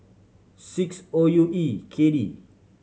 six O U E K D